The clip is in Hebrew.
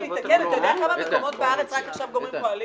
אתה יודע בכמה מקומות בארץ רק עכשיו גומרים להקים קואליציות?